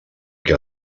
què